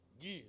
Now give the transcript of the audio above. Give